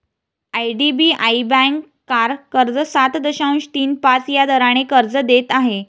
IDBI bank car कर्ज सात दशांश तीन पाच या दराने कर्ज देत आहे